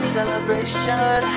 Celebration